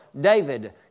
David